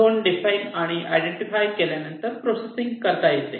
zone define आणि identify केल्यानंतर processing करता येते